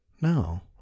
No